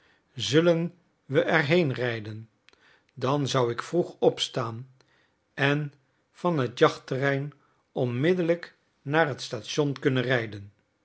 zullen we er heen rijden dan zou ik vroeg opstaan en van het jachtterrein onmiddellijk naar het station kunnen rijden